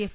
F